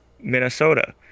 Minnesota